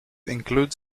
includes